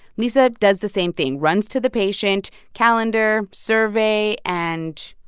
lisa does the same thing runs to the patient, calendar, survey and,